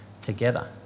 together